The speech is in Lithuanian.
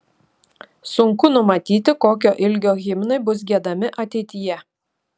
sunku numatyti kokio ilgio himnai bus giedami ateityje